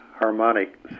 Harmonic